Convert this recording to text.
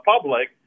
public